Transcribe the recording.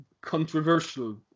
controversial